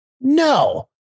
No